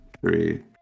three